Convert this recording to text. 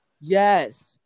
Yes